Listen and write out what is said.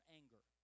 anger